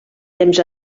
temps